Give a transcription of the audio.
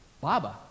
Baba